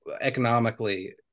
economically